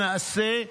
נעשה,